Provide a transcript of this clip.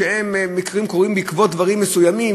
שהם מקרים שקורים בעקבות דברים מסוימים,